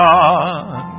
God